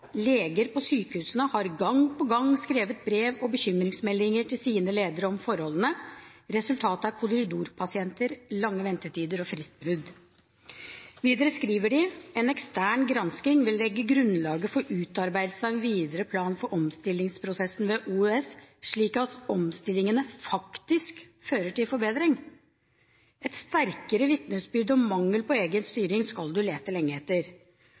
på sykehusene har gang på gang skrevet brev og bekymringsmeldinger til sine ledere om forholdene. Resultatet er korridorpasienter, lange ventetider og fristbrudd.» Videre skriver de at «en ekstern gransking vil legge grunnlaget for utarbeidelse av en videre plan for omstillingene ved OUS, slik at omstillingene faktisk fører til forbedringer». Et sterkere vitnesbyrd om mangel på egen styring skal man lete lenge etter.